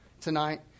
tonight